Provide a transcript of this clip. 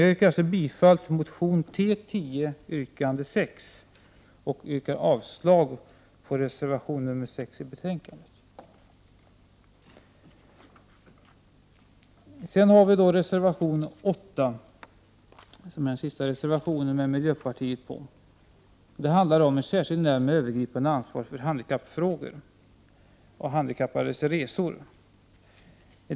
Jag hemställer alltså om bifall till motion T10 yrkande 6 och avslag på reservation nr 6 vid betänkandet. Reservation 8 är den sista av de reservationer som är undertecknade av 97 ansvar för handikappades resor.